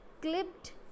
clipped